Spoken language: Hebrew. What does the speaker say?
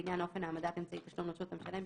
לעניין אופן העמדת אמצעי תשלום לרשות המשלם,